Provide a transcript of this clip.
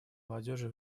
молодежи